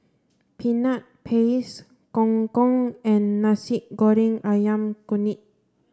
peanut paste gong gong and Nasi Goreng Ayam Kunyit